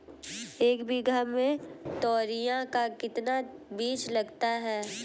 एक बीघा में तोरियां का कितना बीज लगता है?